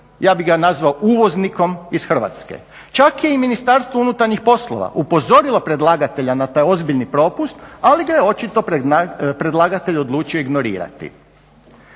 Ja bih ga nazvao uvoznikom iz Hrvatske. Čak je i Ministarstvo unutarnjih poslova upozorilo predlagatelja na taj ozbiljni propust ali ga je očito predlagatelj odlučio ignorirati.